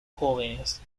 jóvenes